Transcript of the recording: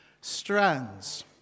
strands